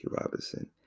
Robinson